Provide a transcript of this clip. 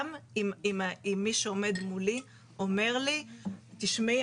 גם אם מי שעומד מולי אומר לי 'תשמעי,